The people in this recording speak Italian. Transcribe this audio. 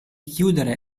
chiudere